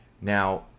Now